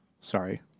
Sorry